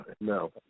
no